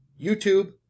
YouTube